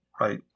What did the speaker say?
right